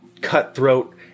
cutthroat